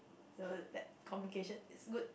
the that communication is good